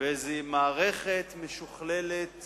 באיזו מערכת משוכללת